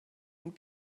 und